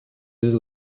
deux